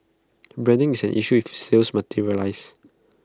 branding is an issue if A sales materialises